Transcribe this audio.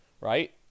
right